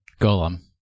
Golem